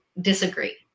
disagree